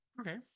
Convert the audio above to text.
Okay